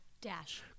dash